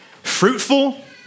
Fruitful